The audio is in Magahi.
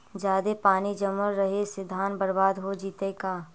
जादे पानी जमल रहे से धान बर्बाद हो जितै का?